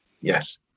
Yes